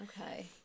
Okay